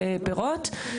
אבל